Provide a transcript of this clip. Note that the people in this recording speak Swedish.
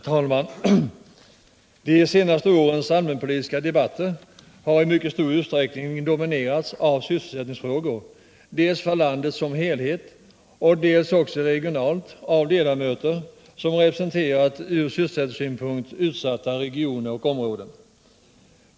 Herr talman! De senaste årens allmänpolitiska debatter har i mycket stor utsträckning dominerats av sysselsättningsfrågor, dels beträffande landet som helhet, dels regionalt genom ledamöter som representerar från sysselsättningssynpunkt utsatta områden.